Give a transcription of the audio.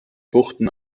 buchten